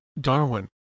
Darwin